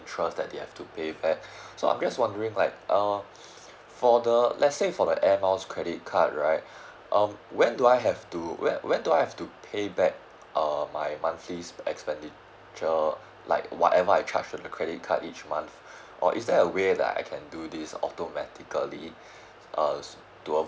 interest that they have to pay back so I'm just wondering like uh for the let's say for the Air Miles credit card right um when do I have to when when do I have to pay back uh my monthly expenditure like whatever I charge to the credit card each month or is there a way that I can do this automatically uh to